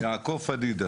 יעקב פדידה.